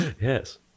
Yes